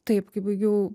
taip kai baigiau